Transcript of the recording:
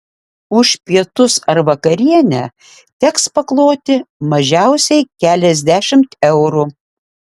už pietus ar vakarienę teks pakloti mažiausiai keliasdešimt eurų